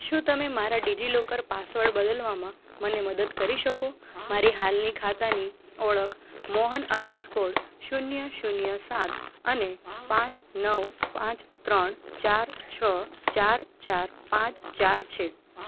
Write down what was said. શું તમે મારા ડિજિલોકર પાસવડ બદલવામાં મને મદદ કરી શકો મારી હાલની ખાતાની ઓળખ મોહન અંડરસ્કોર શૂન્ય શૂન્ય સાત અને પાંચ નવ પાંચ ત્રણ ચાર છ ચાર ચાર પાંચ ચાર છે